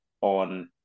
on